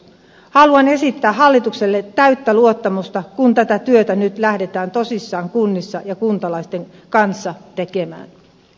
haluan esittää hallitukselle täyttä luottamusta kun tätä työtä nyt lähdetään tosissaan kunnissa ja kuntalaisten kanssa tekemään